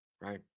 right